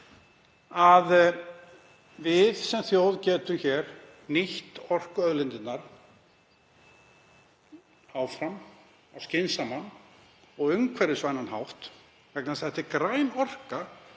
að við sem þjóð getum nýtt orkuauðlindirnar áfram á skynsamlegan og umhverfisvænan hátt. Vegna þess að þetta er græn orka,